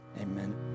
Amen